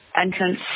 entrance